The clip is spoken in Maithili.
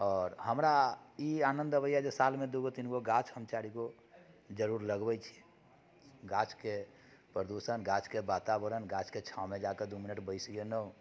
आओर हमरा ई आनंद अबैया कि सालमे दूगो तीनगो गाछ हम चारिगो जरुर लगबैत छी गाछके प्रदूषण गाछके वातावरण गाछके छाओमे जाकर दू मिनट बसि गेलहुँ